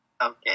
Okay